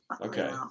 Okay